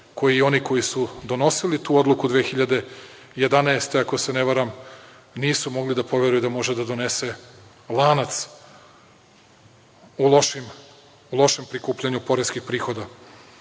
koji i oni koji su donosili tu odluku 2011. godine, ako se ne varam, nisu mogli da poveruju da može da donese lanac u lošem prikupljanju poreskih prihoda. Naročito